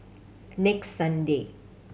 next Sunday